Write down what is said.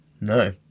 No